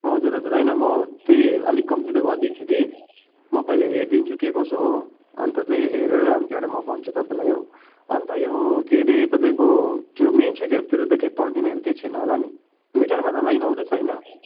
हजुर हजुर होइन म त्यही अलिक कम्ती त गरिदिन्छु कि म पहिले हेरिदिन्छु के कसो हो अन्त चाहिँ हेरेर अन्त त्यहाँबाट म भन्छु तपाईँलाई हो अन्त यो के अरे तपाईँको त्यो मेन स्विचहरूतिर त केही पड्किनेहरू केही छैन होला नि मिटरमा त लाइन आउँदैछ होइन